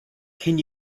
can